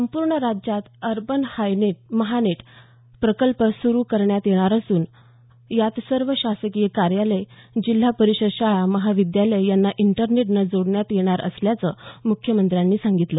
संपूर्ण राज्यात अर्बन महानेट प्रकल्प सुरु करण्यात येणार असून यात सर्व शासकीय कार्यालयं जिल्हा परिषद शाळा महाविद्यालयं यांना इंटरनेटनं जोडण्यात येणार असल्याचं मुख्यमंत्र्यांनी सांगितलं